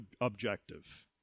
objective